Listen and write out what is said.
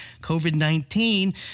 COVID-19